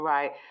Right